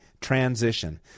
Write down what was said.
transition